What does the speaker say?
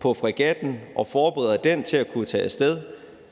på fregatten og forbereder den til at kunne tage af sted,